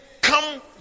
come